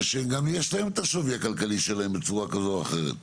שגם יש להם את השווי הכלכלי שלהם בצורה כזו או אחרת.